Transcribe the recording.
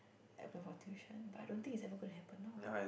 I went for tuition but I don't think it's ever gonna happen now